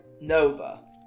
Nova